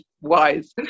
wise